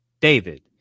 David